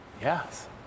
Yes